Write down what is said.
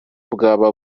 bwaba